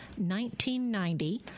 1990